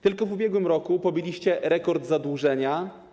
Tylko w ubiegłym roku pobiliście rekord zadłużenia.